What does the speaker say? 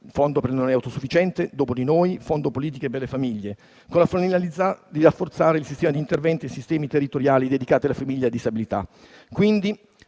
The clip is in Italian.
per la non autosufficienza, Dopo di noi, Fondo politiche della famiglia) con la finalità di rafforzare il sistema degli interventi dei sistemi territoriali dedicati alla famiglia e alla disabilità.